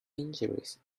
injuries